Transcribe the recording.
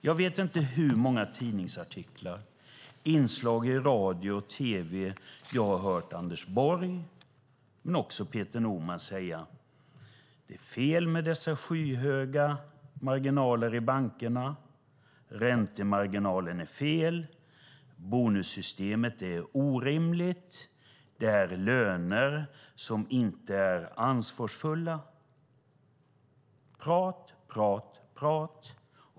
Jag vet inte i hur många tidningsartiklar och inslag i radio och tv Anders Borg, men också Peter Norman, sagt att det är fel med de skyhöga marginalerna i bankerna, att räntemarginalerna är fel och bonussystemet orimligt, att det finns löner som inte är ansvarsfulla - prat, prat, prat.